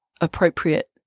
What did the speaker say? appropriate